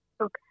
Okay